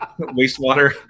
Wastewater